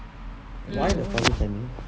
why the father send him